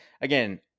again